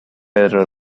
pedro